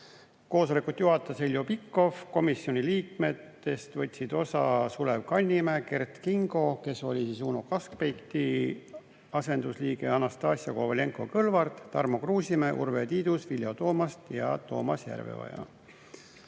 Koosolekut juhatas Heljo Pikhof. Komisjoni liikmetest võtsid osa Sulev Kannimäe, Kert Kingo, kes oli Uno Kaskpeiti asendusliige, Anastassia Kovalenko-Kõlvart, Tarmo Kruusimäe, Urve Tiidus, Vilja Toomast ja Toomas Järveoja.